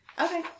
Okay